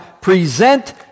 present